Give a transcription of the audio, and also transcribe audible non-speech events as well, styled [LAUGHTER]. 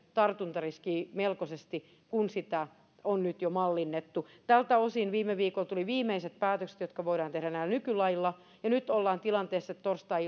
tartuntariskiä melkoisesti kun sitä on nyt jo mallinnettu tältä osin viime viikolla tulivat viimeiset päätökset jotka voidaan tehdä näillä nykylaeilla ja nyt ollaan tilanteessa että torstai [UNINTELLIGIBLE]